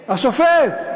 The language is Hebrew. השופט.